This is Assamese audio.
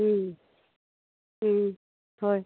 হয়